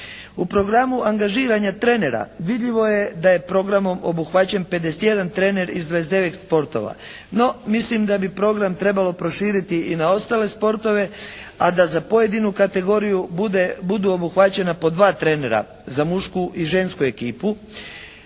U programu angažiranja trenera vidljivo je da je programom obuhvaćen 51 trener iz 29 sportova. No mislim da bi program trebalo proširiti i na ostale sportove, a da za pojedinu kategoriju budu obuhvaćena po dva trenera, za mušku i žensku ekipu,